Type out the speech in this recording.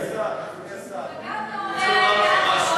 אדוני השר,